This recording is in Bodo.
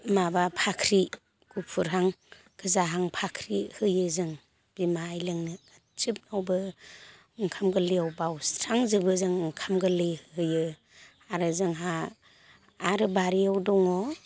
माबा फाख्रि गुफुरहां गोजाहां फाख्रि होयो जों बिमा आयलोंनो गासिबोआवनो ओंखाम गोरलैआव बावस्रांजोबो जों ओंखाम गोरलै होयो आरो जोंहा आरो बारियाव दङ